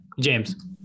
James